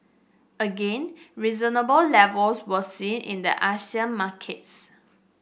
again reasonable levels were seen in the Asian markets